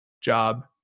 job